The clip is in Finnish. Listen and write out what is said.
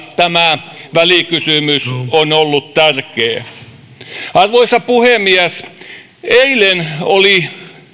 tämä välikysymys on ollut tärkeä arvoisa puhemies eilen oli